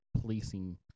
policing